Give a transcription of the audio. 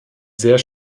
sehr